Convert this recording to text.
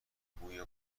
بوی